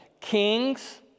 Kings